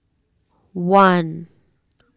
one